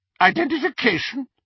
Identification